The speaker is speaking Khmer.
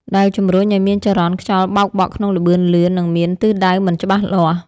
ដែលជំរុញឱ្យមានចរន្តខ្យល់បោកបក់ក្នុងល្បឿនលឿន និងមានទិសដៅមិនច្បាស់លាស់។